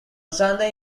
sunday